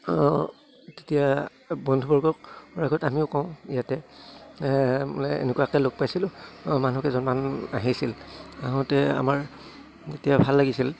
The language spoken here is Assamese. তেতিয়া বন্ধুবৰ্গৰ আগত আমিও কওঁ ইয়াতে মানে এনেকুৱাকে লগ পাইছিলোঁ মানুহকেইজনমান আহিছিল আহোঁতে আমাৰ তেতিয়া ভাল লাগিছিল